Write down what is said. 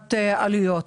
מבחינת עלויות.